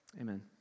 amen